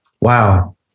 Wow